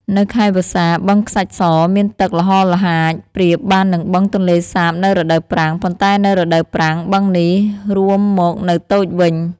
នៅខែវស្សា បឹងខ្សាច់ស មានទឹកល្ហល្ហាចប្រៀបបាននឹងបឹងទន្លេសាបនៅរដូវប្រាំង ប៉ុន្តែនៅរដូវប្រាំង បឹងនេះរួមមកនៅតូចវិញ។